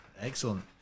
excellent